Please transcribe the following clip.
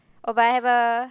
oh but I have a